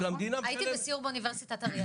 אתה יודע, הייתי בסיור באוניברסיטת אריאל.